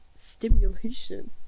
stimulation